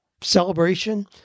celebration